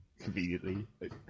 conveniently